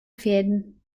fäden